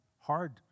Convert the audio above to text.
hard